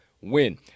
win